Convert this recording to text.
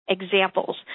examples